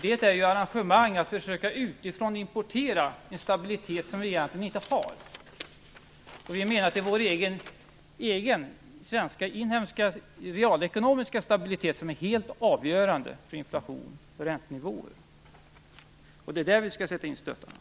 De är ju arrangemang för att utifrån försöka importera en stabilitet som vi egentligen inte har. Vi menar att det är vår egen svenska, inhemska realekonomiska stabilitet som är helt avgörande för inflationen och räntenivån. Det är där vi skall sätta in stötarna.